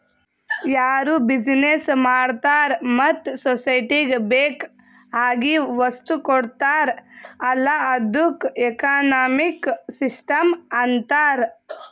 ಯಾರು ಬಿಸಿನೆಸ್ ಮಾಡ್ತಾರ ಮತ್ತ ಸೊಸೈಟಿಗ ಬೇಕ್ ಆಗಿವ್ ವಸ್ತು ಕೊಡ್ತಾರ್ ಅಲ್ಲಾ ಅದ್ದುಕ ಎಕನಾಮಿಕ್ ಸಿಸ್ಟಂ ಅಂತಾರ್